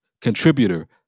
contributor